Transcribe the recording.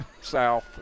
South